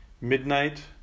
midnight